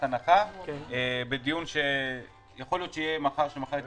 הנחה בדיון שייתכן שיהיה מחר בוועדה.